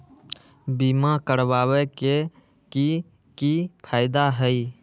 बीमा करबाबे के कि कि फायदा हई?